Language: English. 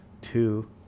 two